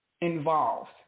involved